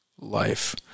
life